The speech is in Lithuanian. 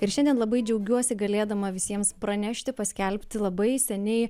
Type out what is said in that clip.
ir šiandien labai džiaugiuosi galėdama visiems pranešti paskelbti labai seniai